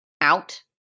out